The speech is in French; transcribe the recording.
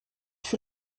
fut